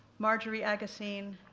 marjorie agosin,